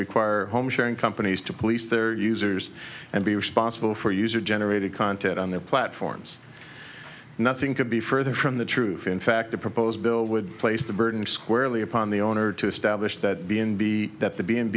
require home sharing companies to police their users and be responsible for user generated content on their platforms nothing could be further from the truth in fact the proposed bill would place the burden squarely upon the owner to establish that b in b that the b and